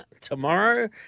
tomorrow